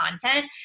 content